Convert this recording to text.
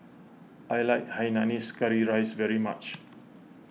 I like Hainanese Curry Rice very much